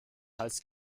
hals